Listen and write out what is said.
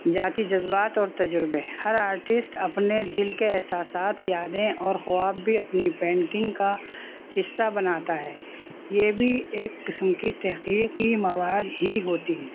ذاتی جذبات اور تجربے ہر آرٹسٹ اپنے دل کے احساسات یادیں اور خواب بھی اپنی پینٹنگ کا حصہ بناتا ہے یہ بھی ایک قسم کی تحقیقی مواد ہی ہوتی ہے